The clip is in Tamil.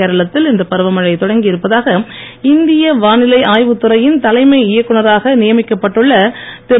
கேரளத்தில் இன்று பருவமழை தொடங்கியிருப்பதாக இந்திய வானிலை ஆய்வுத் துறையின் தலைமை இயக்குநராக நியமிக்கப்பட்டு உள்ள திரு